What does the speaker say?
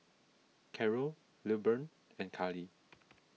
Carrol Lilburn and Karly